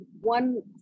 one